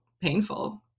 painful